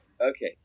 Okay